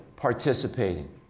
participating